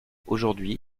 aujourd’hui